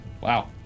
Wow